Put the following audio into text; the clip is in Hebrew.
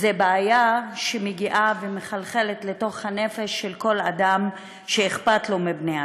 זו בעיה שמגיעה ומחלחלת לתוך הנפש של כל אדם שאכפת לו מבני-אדם.